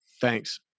Thanks